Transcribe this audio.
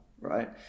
right